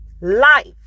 life